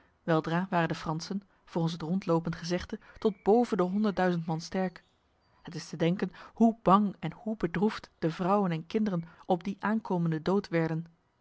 weldra waren de fransen volgens het rondlopend gezegde tot boven de honderdduizend man sterk het is te denken hoe bang en hoe bedroefd de vrouwen en kinderen op die aankomende dood werden